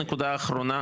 נקודה אחרונה,